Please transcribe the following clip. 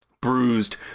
bruised